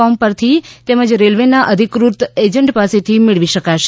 કોમ પરથી તેમજ રેલવેના અધિકૃત એજન્ટ પાસેથી મેળવી શકાશે